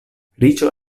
riĉo